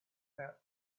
about